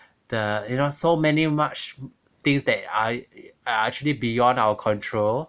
the you know so many much things that are uh actually beyond our control